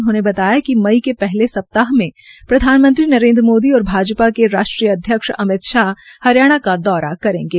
उन्होंने बताया कि मई के पहले सप्ताह में प्रधानमंत्री मोदी और भाजपा के राष्ट्रीय अध्यक्ष अमित शाह हरियाणा का दौरा करेंगे